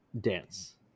dance